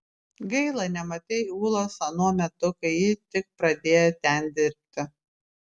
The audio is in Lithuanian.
gaila nematei ulos anuo metu kai ji tik pradėjo ten dirbti